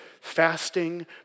fasting